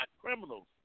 criminals